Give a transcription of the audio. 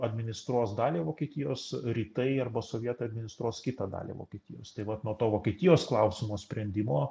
administruos dalį vokietijos rytai arba sovietai administruos kitą dalį vokietijos tai vat nuo to vokietijos klausimo sprendimo